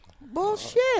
Bullshit